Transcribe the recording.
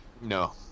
No